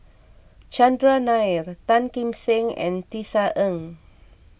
Chandran Nair Tan Kim Seng and Tisa Ng